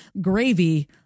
gravy